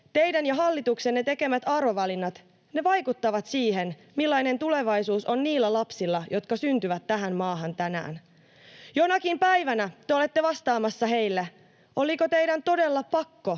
teidän ja hallituksenne tekemät arvovalinnat vaikuttavat siihen, millainen tulevaisuus on niillä lapsilla, jotka syntyvät tähän maahan tänään. Jonakin päivänä te olette vastaamassa heille, oliko teidän todella pakko